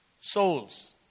souls